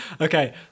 Okay